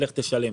לך תשלם.